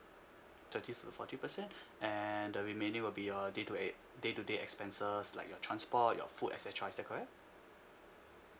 thirty to forty percent and the remaining will be your day to day to day expenses like your transport your food et cetera is that correct